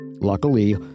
Luckily